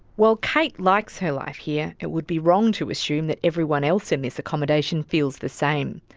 while kate likes her life here, it would be wrong to assume that everyone else in this accommodation feels the same.